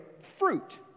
fruit